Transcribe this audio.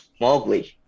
mowgli